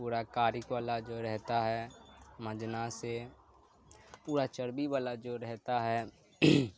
پورا کالک والا جو رہتا ہے منجنا سے پورا چربی والا جو رہتا ہے